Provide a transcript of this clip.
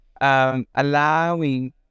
allowing